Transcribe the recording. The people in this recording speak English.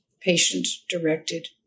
patient-directed